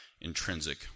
intrinsic